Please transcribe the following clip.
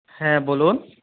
হ্যাঁ বলুন